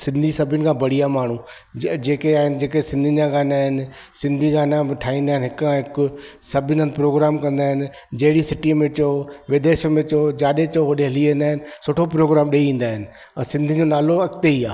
सिंधी सभिनि खां बढ़िया माण्हू ज जेके आहिनि जेके सिंधियुनि जा गाना आहिनि सिंधी गाना बि ठाहींदा आहिनि हिक खां हिकु सभिनि हंधु प्रोग्राम कंदा आहिनि जहिड़ी सिटीअ में चओ विदेश में चओ जाॾे चओ ओॾे हली वेंदा आहिनि सुठो प्रोग्राम ॾई ईंदा आहिनि ऐं सिंधियुनि जो नालो अॻिते ई आहे